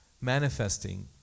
manifesting